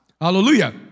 Hallelujah